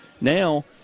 Now